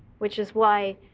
which is why